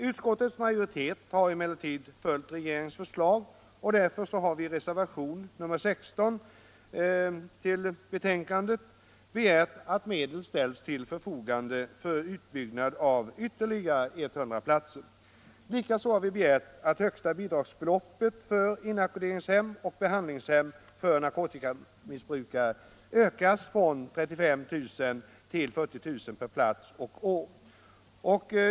Utskottets majoritet har emellertid följt regeringens förslag, och därför har vi i reservationen 16 begärt att medel ställs till förfogande för utbyggnad av ytterligare 100 platser. Likaså har vi begärt att högsta bidragsbeloppet för inackorderingshem och behandlingshem för narkotikamissbrukare ökas från 35 000 kr. till 40 000 kr. per plats och år.